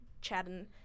chatting